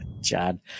John